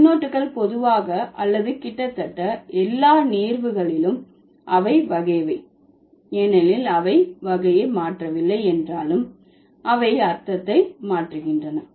முன்னொட்டுகள் பொதுவாக அல்லது கிட்டத்தட்ட எல்லா நேர்வுகளிலும் அவை வகையவை ஏனெனில் அவை வகையை மாற்றவில்லை என்றாலும் அவை அர்த்தத்தை மாற்றுகின்றன